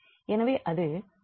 எனவே அது 1s21என்பது போல் உள்ளது